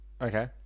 Okay